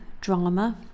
drama